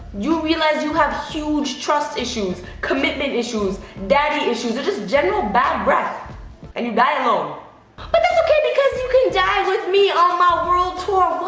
you realize you have huge trust issues, commitment issues, daddy issues, and just general bad breath and you die alone. but that's okay because you can die with me on my world tour,